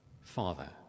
father